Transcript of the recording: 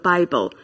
Bible